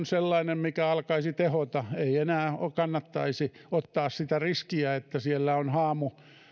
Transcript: sellainen mikä alkaisi tehota ei enää kannattaisi ottaa sitä riskiä että siellä on